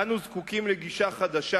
אנו זקוקים לגישה חדשה.